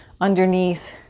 underneath